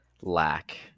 lack